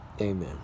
Amen